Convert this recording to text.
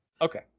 Okay